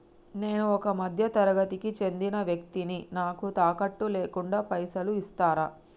నేను ఒక మధ్య తరగతి కి చెందిన వ్యక్తిని నాకు తాకట్టు లేకుండా పైసలు ఇస్తరా?